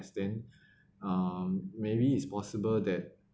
then um maybe it's possible that